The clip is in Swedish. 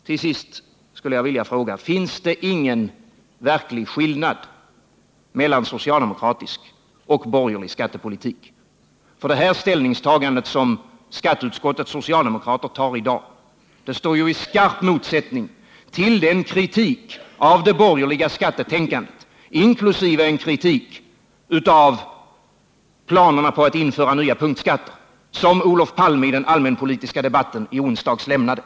Till sist vill jag fråga: Finns det ingen verklig skillnad mellan socialdemokratisk och borgerlig skattepolitik? Det ställningstagande som skatteutskottets socialdemokrater gör i dag står i skarp motsättning till den kritik av det borgerliga skattetänkandet, inkl. den kritik av planerna på att införa nya punktskatter, som Olof Palme framförde i onsdags i den allmänpolitiska debatten.